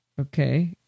Okay